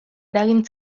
eragin